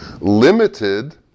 limited